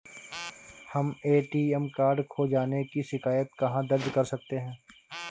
हम ATM card खो जाने की शिकायत कहाँ दर्ज कर सकते हैं?